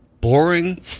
boring